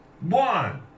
One